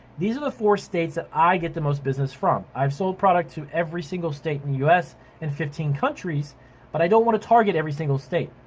these are the four states that i get the most business from. i've sold product to every single state in the us and fifteen countries but i don't wanna target every single state.